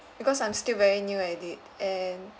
because I'm still very new at it and